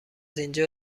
اینجا